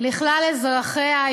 לכלל אזרחיה,